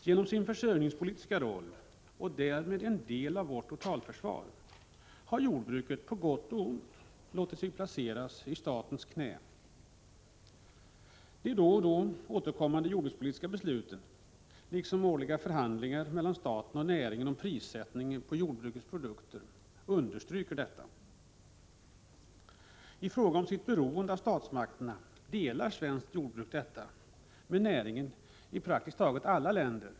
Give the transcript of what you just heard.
Genom den försörjningspolitiska roll jordbruket har och genom att jordbruket därmed är en del av vårt totalförsvar, har jordbruket på gott och ont placerats i statens knä. De då och då återkommande jordbrukspolitiska besluten, liksom de olika förhandlingarna mellan staten och näringen om prissättningen på jordbruksprodukter, understryker detta. Beroendet av statsmakterna delar det svenska jordbruket med jordbruket i praktiskt taget alla länder.